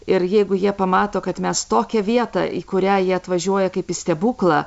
ir jeigu jie pamato kad mes tokią vietą į kurią jie atvažiuoja kaip į stebuklą